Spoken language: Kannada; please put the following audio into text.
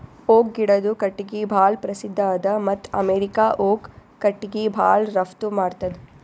ಓಕ್ ಗಿಡದು ಕಟ್ಟಿಗಿ ಭಾಳ್ ಪ್ರಸಿದ್ಧ ಅದ ಮತ್ತ್ ಅಮೇರಿಕಾ ಓಕ್ ಕಟ್ಟಿಗಿ ಭಾಳ್ ರಫ್ತು ಮಾಡ್ತದ್